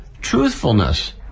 Truthfulness